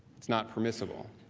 it's not permissible.